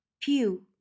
pew